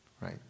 Right